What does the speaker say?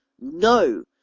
No